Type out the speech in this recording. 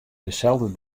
deselde